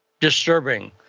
disturbing